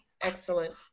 excellent